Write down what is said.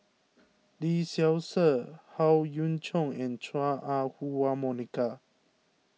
Lee Seow Ser Howe Yoon Chong and Chua Ah Huwa Monica